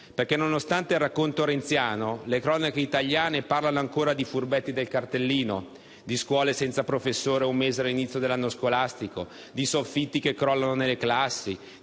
nonostante il racconto renziano, le cronache italiane parlano ancora di furbetti del cartellino, di scuole senza professori a un mese dall'inizio dell'anno scolastico, di soffitti che crollano nelle classi,